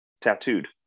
tattooed